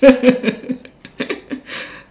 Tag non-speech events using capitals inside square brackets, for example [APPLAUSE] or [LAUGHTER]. [LAUGHS]